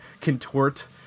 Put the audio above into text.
contort